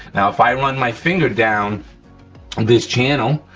now if i run my finger down this channel,